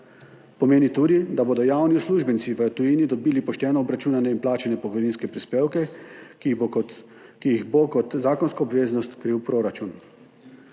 pomeni pa tudi, da bodo javni uslužbenci v tujini dobili pošteno obračunane in plačane pokojninske prispevke, ki jih bo kot zakonsko obveznost kril proračun.